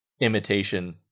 imitation